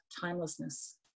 timelessness